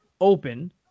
Open